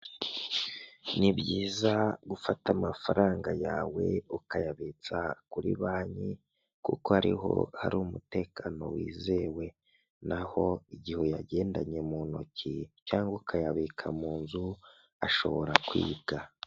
Ni byiza gufata amafaranga yawe ukayabitsa kuri banki kuko ariho hari umutekano wizewe naho igihe yagendanye mu ntoki cyangwa ukayabika mu nzu ashobora kwibwa.